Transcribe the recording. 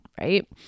right